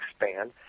expand